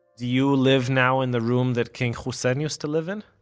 you live now in the room that king hussein used to live in?